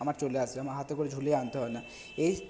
আমার চলে আসবে আমার হাতে করে ঝুলিয়ে আনতে হয় না এই